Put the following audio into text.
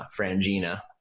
Frangina